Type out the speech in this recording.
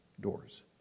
doors